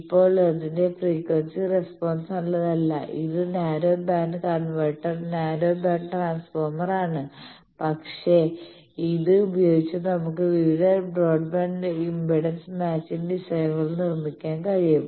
ഇപ്പോൾ അതിന്റെ frequency response നല്ലതല്ല ഇത് narrow band converter narrow band ട്രാൻസ്ഫോർമറാണ് ആണ് പക്ഷേ ഇത് ഉപയോഗിച്ച് നമുക്ക് വിവിധ ബ്രോഡ്ബാൻഡ് ഇംപെഡൻസ് മാച്ചിങ് ഡിസൈനുകൾ നിർമ്മിക്കാൻ കഴിയും